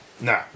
No